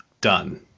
done